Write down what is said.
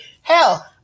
Hell